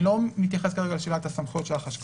אני לא מתייחס כרגע לשאלת הסמכויות של החשב